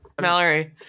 Mallory